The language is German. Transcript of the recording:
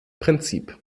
prinzip